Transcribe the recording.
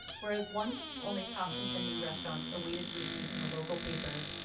whereas once, only top contending restaurants awaited reviews in the local paper,